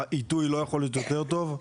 העיתוי לא יכול להיות יותר טוב.